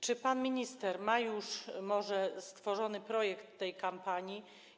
Czy pan minister ma już może stworzony projekt tej kampanii?